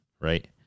right